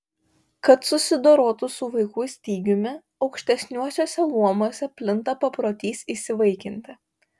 kad susidorotų su vaikų stygiumi aukštesniuosiuose luomuose plinta paprotys įsivaikinti